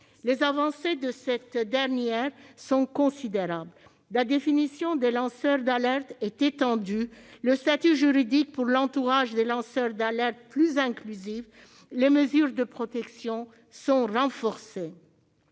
Les avancées de cette dernière sont considérables. La définition des lanceurs d'alerte est étendue, le statut juridique pour l'entourage des lanceurs d'alerte plus inclusif, les mesures de protection renforcées.